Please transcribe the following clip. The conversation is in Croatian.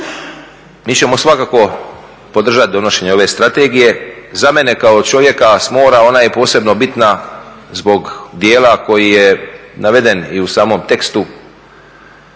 mi ćemo svakako podržati donošenje ove strategije. Za mene kao čovjeka s mora ona je posebno bitna zbog dijela koji je naveden i u samom tekstu,